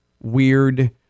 weird